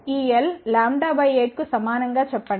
ఈ l λ 8 కు సమానం గా చెప్పండి